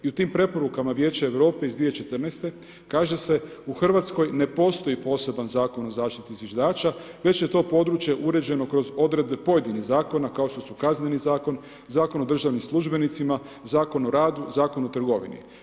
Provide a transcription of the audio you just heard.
I u tim preporukama Vijeća Europe iz 2014. kaže se u Hrvatskoj ne postoji poseban Zakon o zaštiti zviždača već je to područje uređeno kroz odredbe pojedinih zakona kao što su Kazneni zakon, Zakon o državnim službenicima, Zakon o radu, Zakon o trgovini.